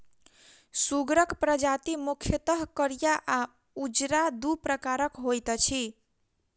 सुगरक प्रजाति मुख्यतः करिया आ उजरा, दू प्रकारक होइत अछि